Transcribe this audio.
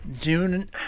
Dune